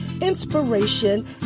inspiration